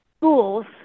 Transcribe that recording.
schools